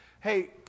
hey